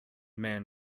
man